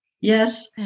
Yes